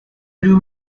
abrió